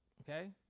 Okay